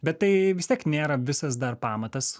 bet tai vis tiek nėra visas dar pamatas